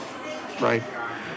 right